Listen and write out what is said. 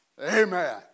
Amen